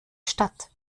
statt